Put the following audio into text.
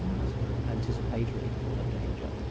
i suppose, anticipatory of danger,